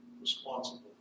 responsible